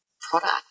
product